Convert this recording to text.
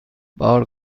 بار